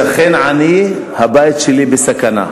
ומה עם שאר, שכן עני, הבית שלי בסכנה.